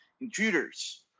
intruders